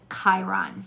Chiron